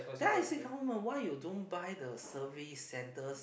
then I say government why you don't buy the survey centre's